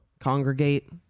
congregate